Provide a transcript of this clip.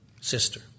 sister